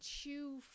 chew